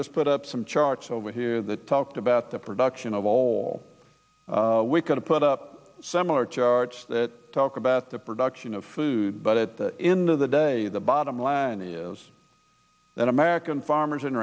just put up some charts over here that talked about the production of all we can to put up similar charts that talk about the production of food but it in the day the bottom line is that american farmers